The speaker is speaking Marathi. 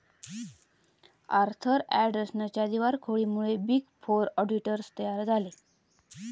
आर्थर अँडरसनच्या दिवाळखोरीमुळे बिग फोर ऑडिटर्स तयार झाले